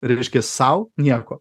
reiškia sau nieko